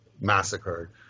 massacred